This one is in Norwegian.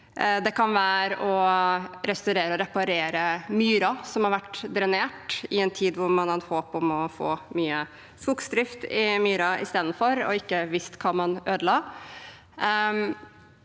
restaurere og reparere myrer som har vært drenert i en tid hvor man hadde håp om å få mye skogsdrift i myra istedenfor, og ikke visste hva man ødela.